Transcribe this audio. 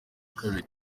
kabiri